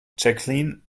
jacqueline